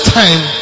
time